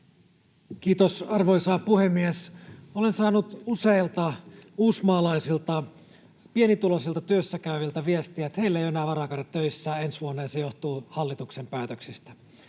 Kiitos, arvoisa puhemies! Olen saanut useilta uusmaalaisilta pienituloisilta työssäkäyviltä viestiä, että heillä ei enää ensi vuonna ole varaa käydä töissä, ja se johtuu hallituksen päätöksistä.